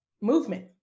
movement